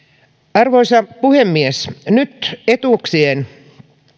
arvoisa puhemies nyt etuuksien